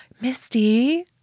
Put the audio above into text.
misty